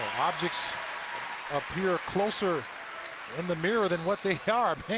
objects appear closer in the mirror than what they are.